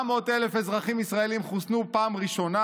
700,000 אזרחים ישראלים חוסנו פעם ראשונה,